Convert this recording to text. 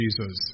Jesus